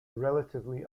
relatively